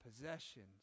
possessions